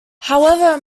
however